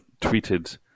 tweeted